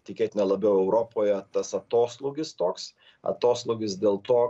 tikėtina labiau europoje tas atoslūgis toks atoslūgis dėl to